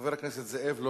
חבר הכנסת נסים זאב,